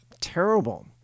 terrible